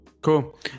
Cool